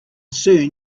soon